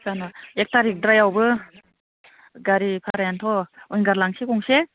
जानो एक थारिखद्रायावबो गारि भारायानोथ' विंगार लांनोसै गंसे